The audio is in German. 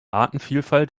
artenvielfalt